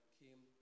came